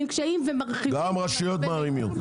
קשיים ומרחיבות --- גם רשויות מערימות.